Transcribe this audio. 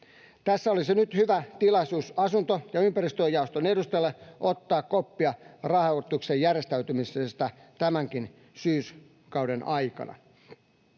Tässä olisi nyt hyvä tilaisuus asunto‑ ja ympäristöjaoston edustajille ottaa koppia rahoituksen järjestämisestä tämänkin syyskauden aikana.